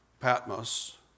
Patmos